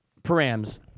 Params